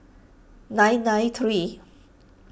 nine nine three